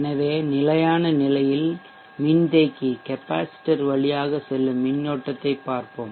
எனவே நிலையான நிலையில் மின்தேக்கிகெப்பாசிட்டர் வழியாக செல்லும் மின்னோட்டத்தைப் பார்ப்போம்